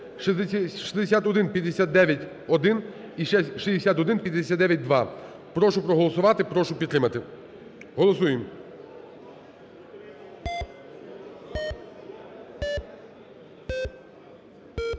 Прошу проголосувати. Прошу підтримати. Голосуємо.